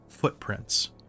footprints